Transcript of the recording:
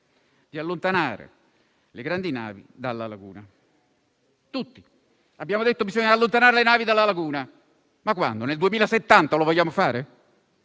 di allontanare le grandi navi dalla laguna. Tutti abbiamo detto che bisogna allontanare le navi dalla laguna: ma quando lo vogliamo fare,